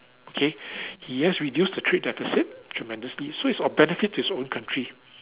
okay he has reduced the trade deficit tremendously so it's of benefit to his own country